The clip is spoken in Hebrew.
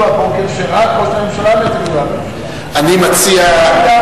ואני לא הרמתי את קולי,